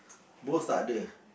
both takde